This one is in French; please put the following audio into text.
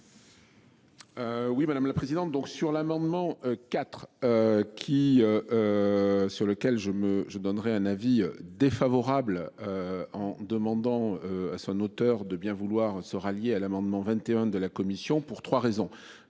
Oui madame la présidente. Donc sur l'amendement IV. Qui. Sur lequel je me je donnerai un avis défavorable. En demandant à son auteur de bien vouloir se rallier à l'amendement 21 de la commission pour 3 raisons,